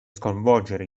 sconvolgere